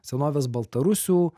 senovės baltarusių